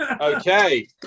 Okay